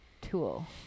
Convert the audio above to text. tool